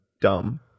dumb